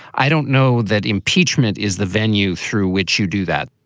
i don't know that impeachment is the venue through which you do that.